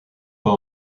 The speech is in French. pas